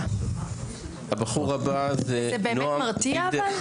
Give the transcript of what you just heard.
זה באמת מרתיע?